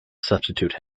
substitute